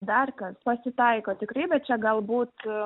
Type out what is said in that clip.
dar kas pasitaiko tikrai bet čia galbūt